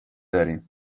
داریم